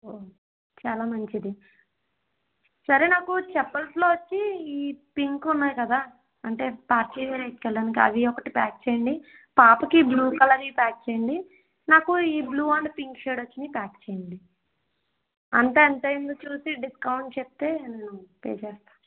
చాలా మంచిది సరే నాకు చెప్పల్స్లో వచ్చి ఈ పింక్ ఉన్నాయి కదా అంటే పార్టీ వేర్కు వెళ్లడానికి అవి ఒకటి ప్యాక్ చేయండి పాపకు బ్లూ కలర్వి ప్యాక్ చేయండి నాకు ఈ బ్లూ అండ్ పింక్ షేడ్ వచ్చినవి ప్యాక్ చేయండి అంతా ఎంత అయిందో చూసి డిస్కౌంట్ చెప్తే పే చేస్తాను